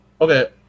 okay